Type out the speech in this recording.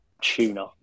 tuna